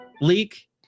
leak